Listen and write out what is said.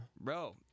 Bro